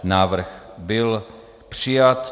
Návrh byl přijat.